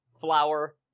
flour